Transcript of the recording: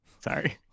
Sorry